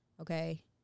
okay